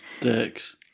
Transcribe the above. dicks